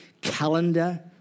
calendar